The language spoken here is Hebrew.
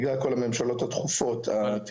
בכלל כל הממשלות התכופות.